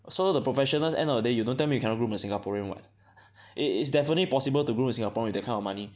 so the professionals end of the day you don't tell me you cannot groom a Singaporean [what] it is definitely possible to groom a Singaporean with that kind of money